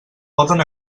poden